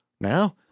Now